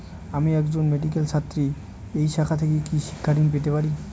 আমি একজন মেডিক্যাল ছাত্রী এই শাখা থেকে কি শিক্ষাঋণ পেতে পারি?